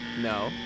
No